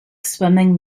swimming